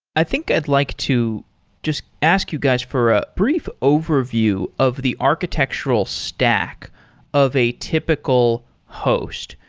i think i'd like to just ask you guys for a brief overview of the architectural stack of a typical host.